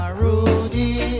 Rudy